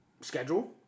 schedule